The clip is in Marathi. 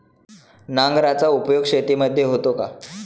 नांगराचा उपयोग शेतीमध्ये होतो का?